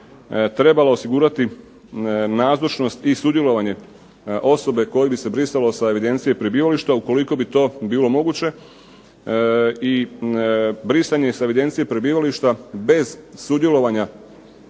trebalo osigurati nazočnost i sudjelovanje osobe koju bi se brisalo sa evidencije prebivališta, ukoliko bi to bilo moguće i brisanje sa evidencije prebivališta bez sudjelovanja osobe